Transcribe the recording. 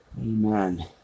Amen